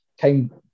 came